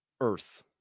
Earth